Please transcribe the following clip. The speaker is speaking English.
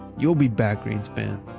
you'll be back, greenspan!